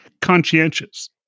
conscientious